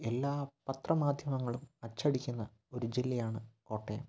എല്ലാ പത്ര മാധ്യമങ്ങളും അച്ചടിക്കുന്ന ഒരു ജില്ലയാണ് കോട്ടയം